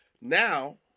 Now